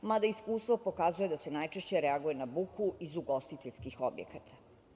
Mada, iskustvo pokazuje da se najčešće reaguje na buku iz ugostiteljskih objekata.